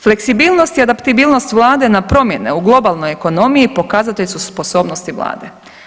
Fleksibilnost i adaptabilnost vlade na promjene u globalnoj ekonomiji pokazatelj su sposobnosti vlade.